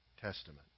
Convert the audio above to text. Testament